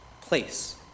place